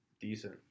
decent